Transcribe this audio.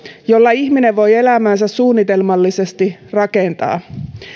joilla ihminen voi elämäänsä suunnitelmallisesti rakentaa